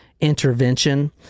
intervention